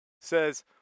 says